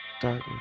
Darkness